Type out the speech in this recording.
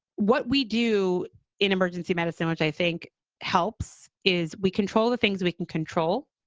what we do in emergency medicine, which i think helps, is we control the things we can control.